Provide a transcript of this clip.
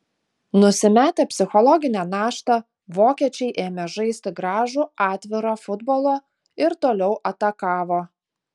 nusimetę psichologinę naštą vokiečiai ėmė žaisti gražų atvirą futbolą ir toliau atakavo